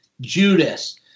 Judas